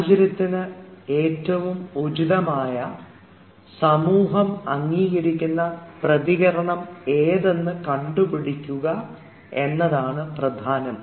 സാഹചര്യത്തിന് ഏറ്റവും ഉചിതമായ സമൂഹം അംഗീകരിക്കുന്ന പ്രതികരണം ഏതെന്ന് കണ്ടുപിടിക്കുക എന്നതാണ് പ്രധാനം